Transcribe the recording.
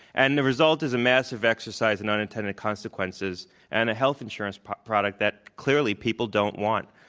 and the result is a massive exercise in unintended consequences and a health insurance product that clearly people don't want.